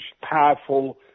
powerful